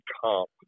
comp